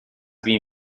been